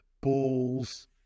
balls